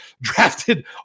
drafted